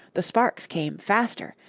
the sparks came faster,